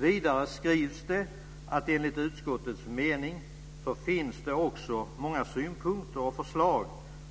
Vidare skrivs det att enligt utskottets mening finns det också många synpunkter och förslag